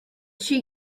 she